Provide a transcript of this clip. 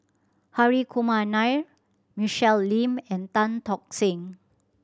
Hri Kumar Nair Michelle Lim and Tan Tock Seng